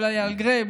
אולי מגרב,